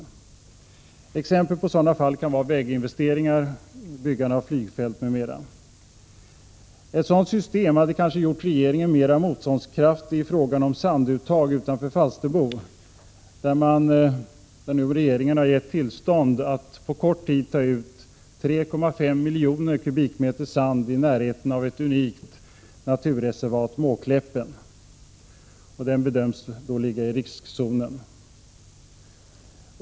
Exempel på sådana fall kan vara väginvesteringar, byggande av flygfält m.m. Ett sådant system hade kanske gjort regeringen mer motståndskraftig i frågan om sanduttag utanför Falsterbo, där regeringen har gett tillstånd till ett uttag på kort tid av 3,5 miljoner kubikmeter sand i närheten av ett unikt naturreservat, Måkläppen, som bedöms ligga i riskzonen.